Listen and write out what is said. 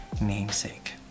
namesake